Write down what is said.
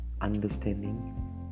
understanding